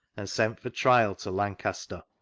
and sent for trial to lancaster,